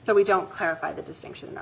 so we don't clarify the distinction i